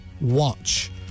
watch